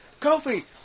Kofi